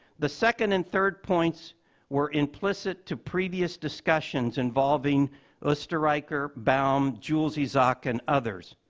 the second and third points were implicit to previous discussions involving oesterreicher, baum, jules isaac, and others.